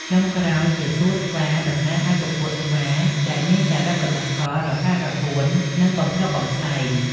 ចុងក្រោយជា តួស្វា តំណាងឲ្យពពួកស្វា ដែលមានចរិតល្បិចកល រហ័សរហួន និងកំប្លុកកំប្លែង។